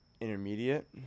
intermediate